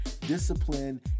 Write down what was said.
Discipline